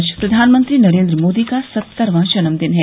आज प्रधानमंत्री नरेन्द्र मोदी का सत्तरवां जन्मदिन है